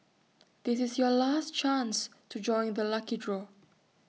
this is your last chance to join the lucky draw